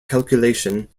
calculation